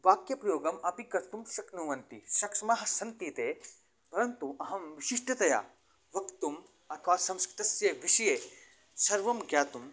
वाक्यप्रयोगम् अपि कर्तुं शक्नुवन्ति शक्श्मः सन्ति ते परन्तु अहं शिष्टतया वक्तुं अक संस्कृतस्य विषये सर्वं ज्ञातुम्